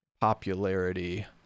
Popularity